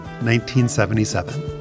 1977